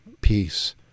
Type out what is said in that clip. peace